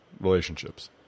relationships